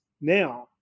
now